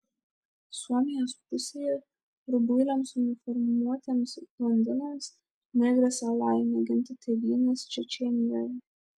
suomijos pusėje rubuiliams uniformuotiems blondinams negrėsė laimė ginti tėvynės čečėnijoje